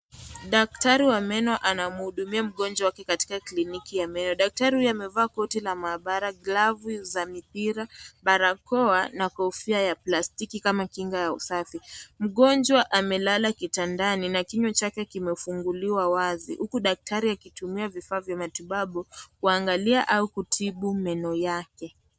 Daktari wa meno anamhudumia mgonjwa katika kliniki ya meno, daktari huyo amevaa koti la maabara glavu za mipira barakoa na kofia ya plastiki kama kinga ya usafi mgonjwa amelala kitandani na kinywa chake kimefunguliwa wazi huku daktari akitumia vifaa vya matibabu kunangalia au kutibu meno yake.